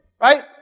right